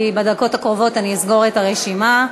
כי בדקות הקרובות אני אסגור את הרשימה.